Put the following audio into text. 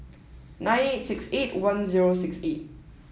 night eight six eight one zero six eight